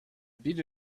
beat